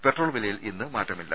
petrol വിലയിൽ ഇന്ന് മാറ്റമില്ല